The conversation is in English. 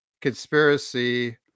conspiracy